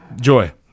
Joy